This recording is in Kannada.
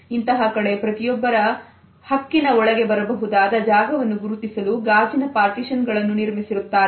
ಇಂತಹ ಕಡೆ ಪ್ರತಿಯೊಬ್ಬರ ಹಕ್ಕಿಂ ಒಳಗೆ ಬರಬಹುದಾದ ಜಾಗವನ್ನು ಗುರುತಿಸಲು ಗಾಜಿನ ಪಾರ್ಟಿಶನ್ ಅನ್ನು ನಿರ್ಮಿಸಿರುತ್ತಾರೆ